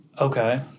Okay